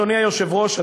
אדוני היושב-ראש,